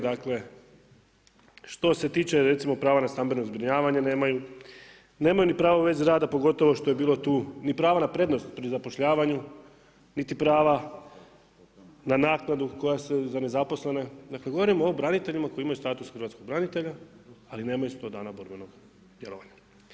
Dakle što se tiče recimo prava na stambeno zbrinjavanje nemaju, nemaju ni pravo u vezi rada pogotovo što je bilo tu, ni prava na prednost pri zapošljavanju, niti prava na naknadu koja se za nezaposlene, dakle govorimo o braniteljima koji imaju status hrvatskog branitelja ali nemaju 100 dana borbenog djelovanja.